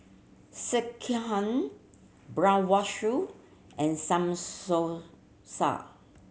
Sekihan and